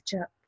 up